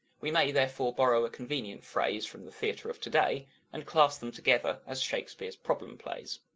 we may therefore borrow a convenient phrase from the theatre of today and class them together as shakespeare's problem plays.